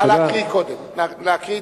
נא להקריא את השאלה.